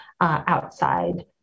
outside